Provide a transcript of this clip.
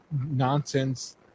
nonsense